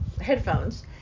headphones